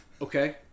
Okay